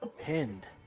Pinned